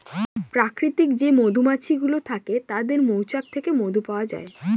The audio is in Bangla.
প্রাকৃতিক যে মধুমাছি গুলো থাকে তাদের মৌচাক থেকে মধু পাওয়া যায়